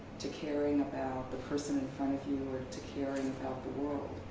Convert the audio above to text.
to caring about the person in front of you or to caring about the world.